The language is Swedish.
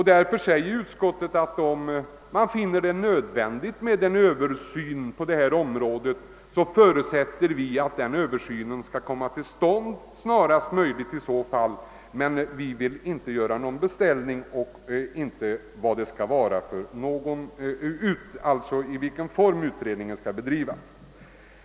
Utskottet skriver: »Utskottet vill dock i likhet med motionärerna understryka frågornas stora vikt samt förutsätter att därest av förhållandena så befinnes påkallat eller eljest önskvärt en Översyn i en eller annan form kommer till stånd.» Utskottet har emellertid nu inte velat göra någon beställning rörande hur en sådan översyn skall bedrivas.